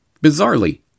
Bizarrely